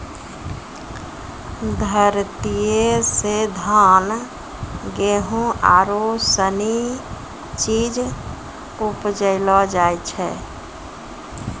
धरतीये से धान, गेहूं आरु सनी चीज उपजैलो जाय छै